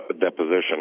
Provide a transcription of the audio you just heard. deposition